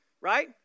right